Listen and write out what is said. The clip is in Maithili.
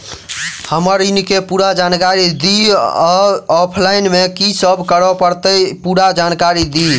हम्मर ऋण केँ पूरा जानकारी दिय आ ऑफलाइन मे की सब करऽ पड़तै पूरा जानकारी दिय?